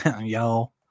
Y'all